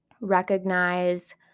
recognize